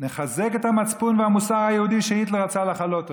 נחזק את המצפון ואת המוסר היהודי שהיטלר רצה לכלות אותו,